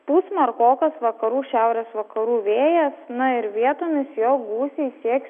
pūs smarkokas vakarų šiaurės vakarų vėjas na ir vietomis jo gūsiai sieks